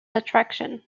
attraction